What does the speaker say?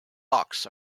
locks